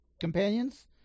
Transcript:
companions